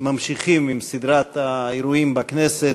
ממשיכים עם סדרת האירועים בכנסת,